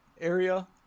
area